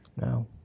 no